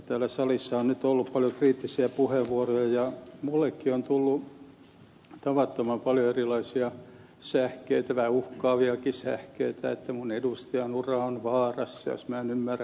täällä salissa on nyt ollut paljon kriittisiä puheenvuoroja ja minullekin on tullut tavattoman paljon erilaisia sähkeitä vähän uhkaaviakin sähkeitä että minun edustajanurani on vaarassa jos en ymmärrä palata järjestykseen